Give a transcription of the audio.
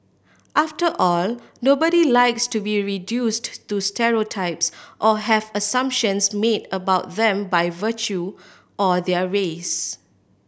after all nobody likes to be reduced to stereotypes or have assumptions made about them by virtue of their race